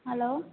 hello